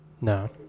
No